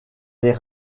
les